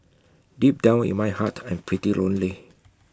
deep down in my heart I'm pretty lonely